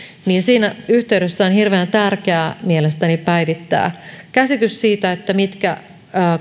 niin siinä yhteydessä on hirveän tärkeää mielestäni päivittää käsitys siitä mitkä